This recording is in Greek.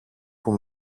που